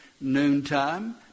noontime